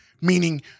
meaning